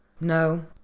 No